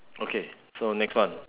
okay so next one